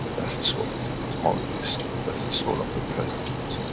that's the soul of the cosmologist, that's the soul of a president.